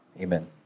Amen